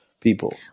people